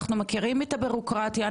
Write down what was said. אנחנו מכירים את הבירוקרטיה,